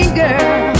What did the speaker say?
girl